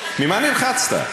ממה נלחצת?